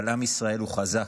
אבל עם ישראל הוא חזק,